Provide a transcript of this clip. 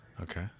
Okay